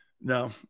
No